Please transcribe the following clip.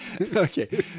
Okay